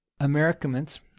Americaments